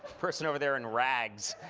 person over there in rags.